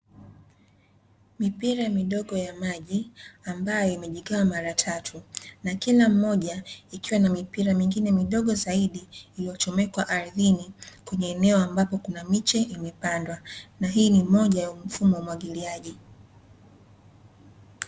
Mipira midogo ya maji ambayo imejigawa mara tatu, na kila mmoja ikiwa na mipira mingine midogo zaidi iliyochomekwa aridhini kwenye eneo ambapo kuna miche imepandwa. Na hii ni moja ya mfumo wa umwagiliaji.